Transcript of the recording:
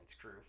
crew